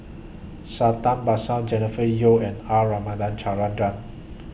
Santha Bhaskar Jennifer Yeo and R Ramachandran